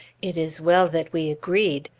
it is well that we agreed.